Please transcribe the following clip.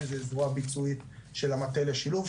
שזו זרוע ביצועית של המטה לשילוב,